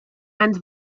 and